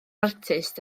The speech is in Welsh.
artist